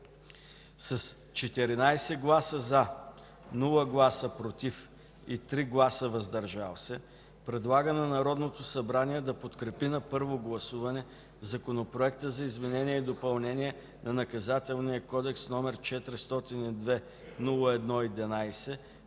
с 14 гласа „за”, без „против” и 3 гласа „въздържали се” предлага на Народното събрание да подкрепи на първо гласуване Законопроект за изменение и допълнение на Наказателния кодекс, № 402-01-11,